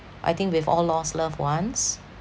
I think we've all lost loved ones